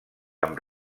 amb